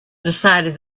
decided